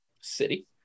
city